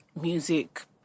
music